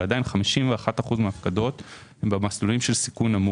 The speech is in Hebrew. אבל עדיין 51% מההפקדות הן במסלולים של סיכון נמוך.